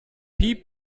piep